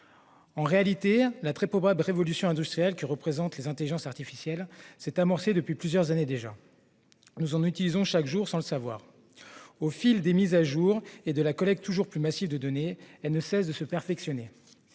En réalité, la très probable révolution industrielle que représentent les intelligences artificielles s'est amorcée il y a plusieurs années déjà. Nous en utilisons chaque jour sans le savoir. Au fil des mises à jour et de la collecte toujours plus massive de données, elles ne cessent de se perfectionner.